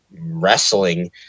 wrestling